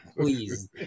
Please